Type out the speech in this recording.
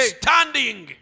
standing